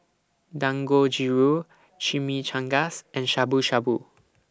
Dangojiru Chimichangas and Shabu Shabu